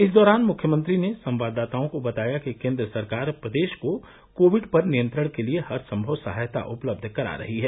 इस दौरान मुख्यमंत्री ने संवाददाताओं को बताया कि केन्द्र सरकार प्रदेश को कोविड पर नियंत्रण के लिये हर सम्भव सहायता उपलब्ध करा रही है